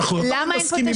למה אין פה תשתית?